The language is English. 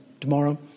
tomorrow